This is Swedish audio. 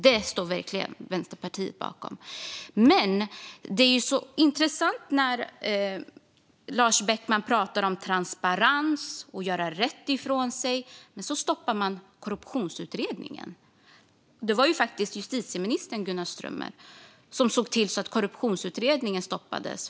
Detta står Vänsterpartiet verkligen bakom. Lars Beckman pratar om transparens och att göra rätt, men justitieminister Gunnar Strömmer har ju stoppat korruptionsutredningen.